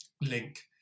link